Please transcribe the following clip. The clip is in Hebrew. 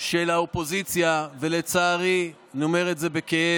של האופוזיציה, לצערי, אני אומר את זה בכאב,